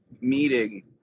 meeting